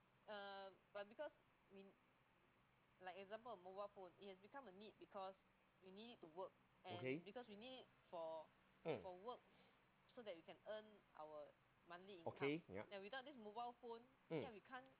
okay mm okay yeah mm